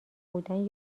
بودن